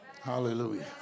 Hallelujah